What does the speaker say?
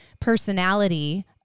personality